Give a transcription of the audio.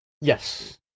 Yes